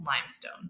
limestone